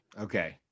Okay